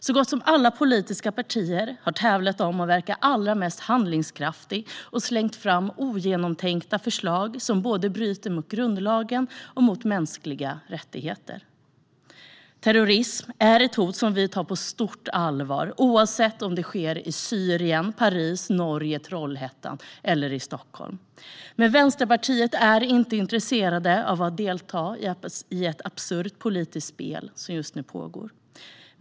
Så gott som vartenda politiskt parti har tävlat om att verka allra mest handlingskraftigt och slängt fram ogenomtänkta förslag som bryter både mot grundlagen och mot mänskliga rättigheter. Terrorism är ett hot som vi tar på stort allvar, oavsett om det sker i Syrien, Paris, Norge, Trollhättan eller Stockholm. Men Vänsterpartiet är inte intresserat av att delta i det absurda politiska spel som just nu pågår.